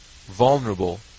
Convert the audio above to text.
vulnerable